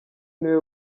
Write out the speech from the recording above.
niwe